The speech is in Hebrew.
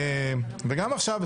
גם עכשיו,